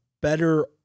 better